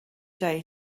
day